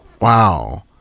wow